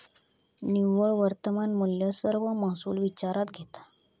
निव्वळ वर्तमान मुल्य सर्व महसुल विचारात घेता